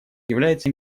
является